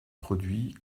produit